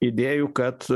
idėjų kad